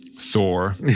thor